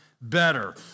better